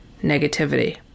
negativity